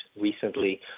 recently